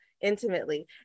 intimately